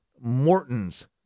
Morton's